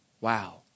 wow